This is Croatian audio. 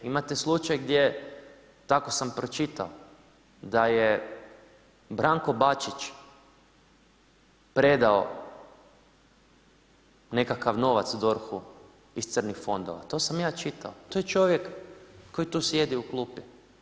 Imate slučaj, tako sam pročitao, da je Branko Bačić, predao nekakav novac DORH-u iz crnih fondova, to sam ja čitao, to je čovjek koji tu sjedi u klupi.